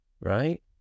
right